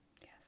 Yes